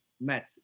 met